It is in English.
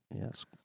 Yes